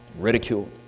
ridiculed